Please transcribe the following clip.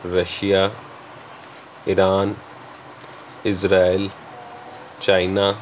Russia Iran Israel China